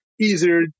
easier